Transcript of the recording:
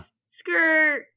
skirt